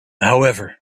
however